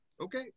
Okay